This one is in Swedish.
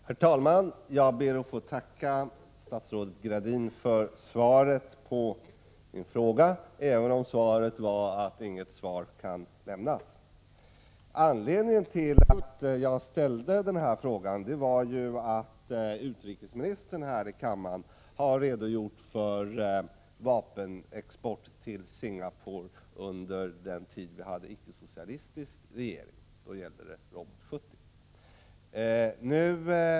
Herr talman! Jag ber att få tacka statsrådet Gradin för svaret på min fråga, även om svaret var att inget svar kan lämnas. Anledningen till att jag framställt den här frågan är att utrikesministern här i kammaren har redogjort för vapenexporten till Singapore under den tid då vi hade en icke-socialistisk regering. Då gällde det Robot 70.